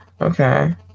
Okay